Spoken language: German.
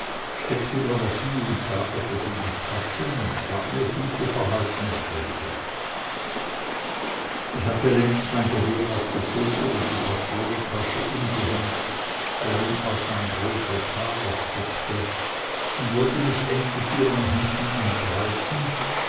steckte mir noch hie und da etwas in die taschen und gab mir gute verhaltungsregeln ich hatte längst mein gewehr auf der schulter und die patrontasche umgehängt worin auch mein großer taler steckte und wollte mich endlich ihren händen entreißen